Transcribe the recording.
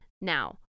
Now